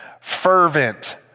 fervent